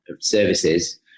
services